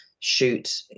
Shoot